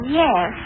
yes